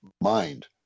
mind